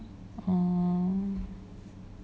oh